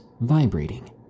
vibrating